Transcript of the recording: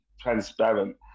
transparent